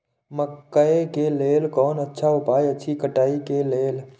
मकैय के लेल कोन अच्छा उपाय अछि कटाई के लेल?